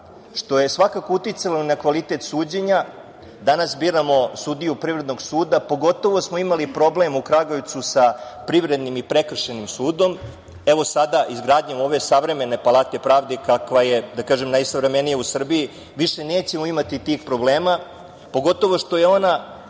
što je svakako uticalo na kvalitet suđenja. Danas biramo sudiju Privrednog suda, pogotovo smo imali problem u Kragujevcu sa Privrednim i Prekršajnim sudom. Sada, izgradnjom ove savremene Palate pravde kakve je, da kažem, najsavremenija u Srbiji, više nećemo imati tih problema, pogotovo što je ona